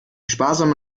sparsamer